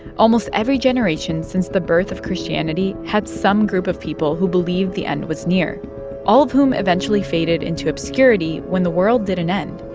almost every generation since the birth of christianity had some group of people who believed the end was near all of whom eventually faded into obscurity when the world didn't end.